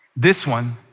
this one,